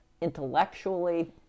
intellectually